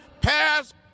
pass